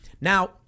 Now